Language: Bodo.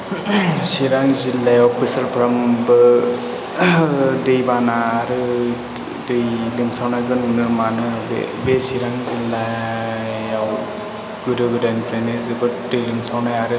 चिरां जिल्लायाव बोसोरफ्रोमबो दै बाना आरो दै लोमसावनायखौ नुनो मोनो बे चिरां जिल्लायाव गोदो गोदायनिफ्रायनो जोबोद दै लोमसावनाय आरो